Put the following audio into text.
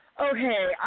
Okay